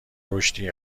رشدی